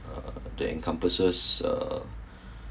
uh then encompasses uh